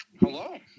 Hello